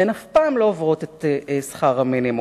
והן אף פעם לא עוברות את שכר המינימום